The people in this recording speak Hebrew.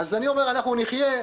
אנחנו נחיה,